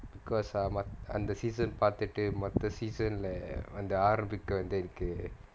because ah மத்~ அந்த:math~ antha season பாத்துட்டு மத்த:pathuttu matha season leh வந்து ஆரம்பிக்க வந்திருக்கு:vanthu arambikka vanthirukku